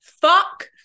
Fuck